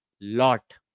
lot